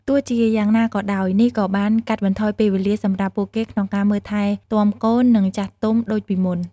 ទោះជាយ៉ាងណាក៏ដោយ នេះក៏បានកាត់បន្ថយពេលវេលាសម្រាប់ពួកគេក្នុងការមើលថែទាំកូន និងចាស់ទុំដូចពីមុន។